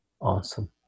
Awesome